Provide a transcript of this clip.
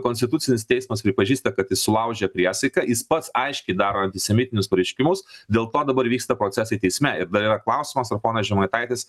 konstitucinis teismas pripažįsta kad jis sulaužė priesaiką jis pats aiškiai daro antisemitinius pareiškimus dėl to dabar vyksta procesai teisme ir dar yra klausimas ar ponas žemaitaitis